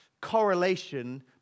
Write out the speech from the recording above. correlation